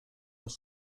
los